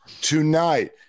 tonight